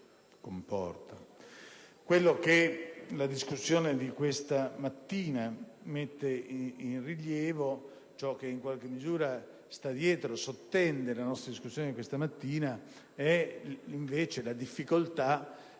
Quello che la discussione di questa mattina mette in rilievo e ciò che in qualche misura sta dietro e sottende la nostra discussione è invece la difficoltà